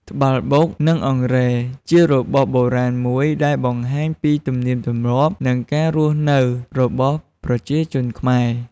ត្បាល់បុក និងអង្រែជារបស់បុរាណមួយដែលបង្ហាញពីទំនៀមទំលាប់ និងការរស់នៅរបស់ប្រជាជនខ្មែរ។